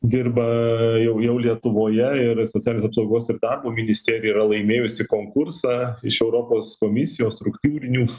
dirba jau jau lietuvoje ir socialinės apsaugos ir darbo ministerija yra laimėjusi konkursą iš europos komisijos struktūrinių